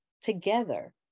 together